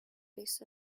based